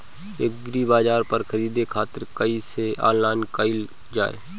एग्रीबाजार पर खरीदे खातिर कइसे ऑनलाइन कइल जाए?